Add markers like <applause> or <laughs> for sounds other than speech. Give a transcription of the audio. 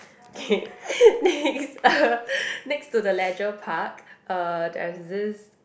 okay <laughs> next uh next to the leisure park uh there's this